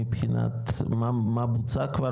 מבחינת מה בוצע כבר,